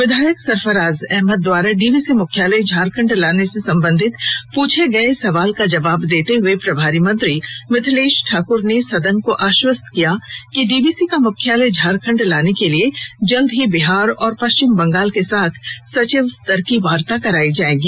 विधायक सरफराज अहमद द्वारा डीवीसी मुख्याला झारखंड लाने से संबंधित पूछे गए सवाल का जवाब देतें हुए प्रभारी मंत्री मिथलेश ठाकुर ने सदन को आश्वस्त किया कि डीवीसी का मुख्यालय झारखंड लाने के लिए शीघ्र ही बिहार और पश्चिम बंगाल के साथ सचिव स्तर की वार्ता कराई जाएगी